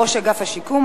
ראש אגף השיקום),